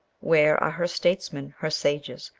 where are her statesmen, her sages,